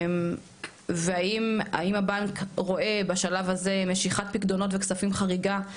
והאם הבנק רואה בשלב הזה משיכת פיקדונות וכספים חריגה?